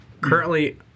Currently